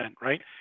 right